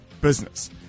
business